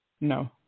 No